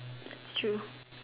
true